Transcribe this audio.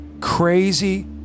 crazy